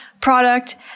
product